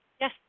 Yes